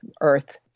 Earth